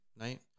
right